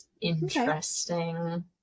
interesting